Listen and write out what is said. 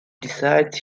decides